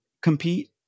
compete